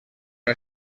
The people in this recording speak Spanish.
una